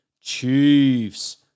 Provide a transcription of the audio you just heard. Chiefs